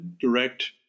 direct